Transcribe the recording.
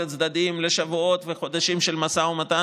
הצדדים לשבועות וחודשים של משא ומתן,